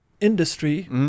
industry